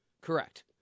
Correct